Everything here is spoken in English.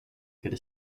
could